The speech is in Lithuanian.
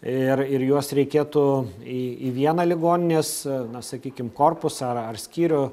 ir ir juos reikėtų į į vieną ligoninės na sakykim korpusą ar ar skyrių